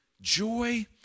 Joy